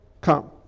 come